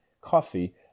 coffee